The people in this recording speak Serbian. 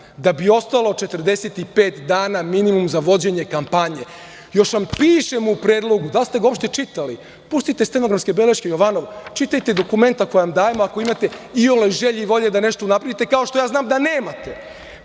Da bi ostalo 45 dana minimum za vođenje kampanje. Još vam pišem u predlogu, da li ste ga uopšte čitali? Pustite stengrafske beleške, Jovanov, čitajte dokumenta koja vam dajemo ako imate iole želje i volje da nešto unapredite, kao što ja znam da nemate. Piše: